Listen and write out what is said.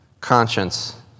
conscience